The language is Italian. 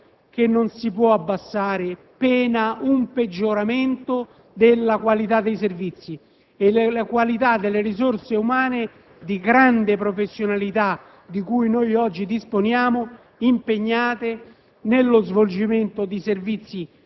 è un livello di spesa che non si può abbassare, pena un peggioramento della qualità dei servizi e la qualità delle risorse umane, di grande professionalità, di cui oggi disponiamo, impegnate